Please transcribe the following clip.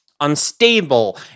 unstable